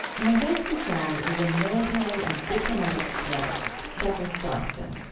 my guest this hour is a military and diplomatic strategist, douglas johnston.